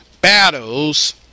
battles